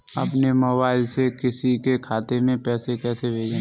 अपने मोबाइल से किसी के खाते में पैसे कैसे भेजें?